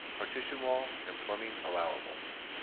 partition wall and plumbing allowable?